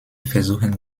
versuchen